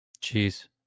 Cheese